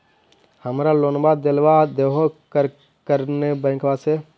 हमरा लोनवा देलवा देहो करने बैंकवा से?